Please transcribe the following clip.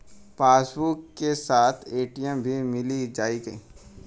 Passbook के साथ ATM भी मील जाई?